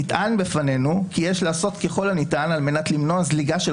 נטען בפנינו כי יש לעשות ככל הניתן על מנת למנוע זליגה של